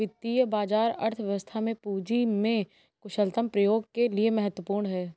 वित्तीय बाजार अर्थव्यवस्था में पूंजी के कुशलतम प्रयोग के लिए महत्वपूर्ण है